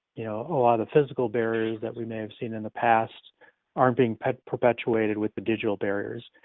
you know, a lot of physical barriers that we may have seen in the past aren't being perpetuated with the digital barriers.